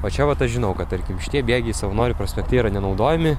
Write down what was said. o čia vat aš žinau kad tarkim šitie bėgiai savanorių prospekte yra nenaudojami